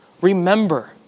remember